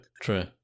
true